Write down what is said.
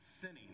sinning